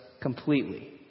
completely